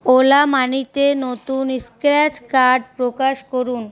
OLA মানিতে নতুন scratch card প্রকাশ করুন